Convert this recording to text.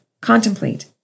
contemplate